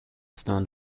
stand